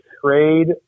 trade